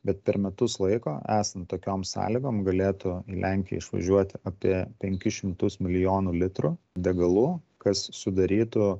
bet per metus laiko esant tokiom sąlygom galėtų į lenkiją išvažiuoti apie penkis šimtus milijonų litrų degalų kas sudarytų